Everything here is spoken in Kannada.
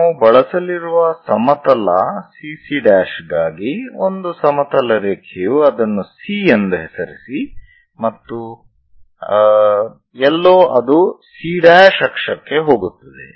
ನಾವು ಬಳಸಲಿರುವ ಸಮತಲ CC'ಗಾಗಿ ಒಂದು ಸಮತಲ ರೇಖೆಯು ಅದನ್ನು C ಎಂದು ಹೆಸರಿಸಿ ಮತ್ತು ಎಲ್ಲೋ ಅದು C 'ಅಕ್ಷಕ್ಕೆ ಹೋಗುತ್ತದೆ